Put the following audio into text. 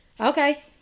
Okay